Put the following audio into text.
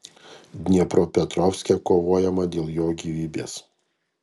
dniepropetrovske kovojama dėl jo gyvybės